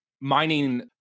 mining